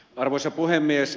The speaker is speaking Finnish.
arvoisa puhemies